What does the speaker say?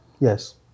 Yes